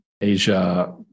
Asia